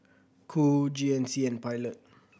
Qoo G N C and Pilot